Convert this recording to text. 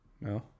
No